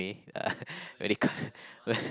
uh when he cut when